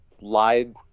lied